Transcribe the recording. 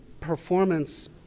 performance